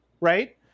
right